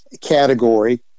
category